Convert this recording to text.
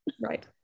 Right